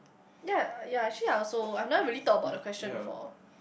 ya ya actually I also I've never really thought about the question before